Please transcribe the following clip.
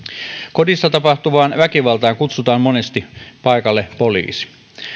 kodissa tapahtuvaan väkivaltaan kutsutaan monesti paikalle poliisi